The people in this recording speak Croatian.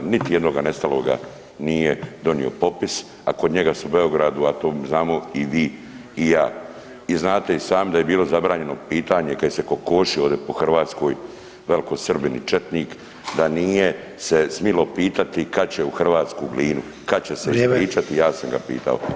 Niti jednoga nestaloga nije donio popis, a kod njega su u Beogradu, a to znamo i vi i ja i znate i sami da je bilo zabranjeno pitanje kada se je kokošio ovdje po Hrvatskoj velikosrbin i četnik da nije se smilo pitati kad će u hrvatsku Glinu, kad će se [[Upadica: Vrijeme.]] ispričati, ja sam ga pitao.